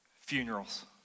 funerals